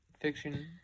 Fiction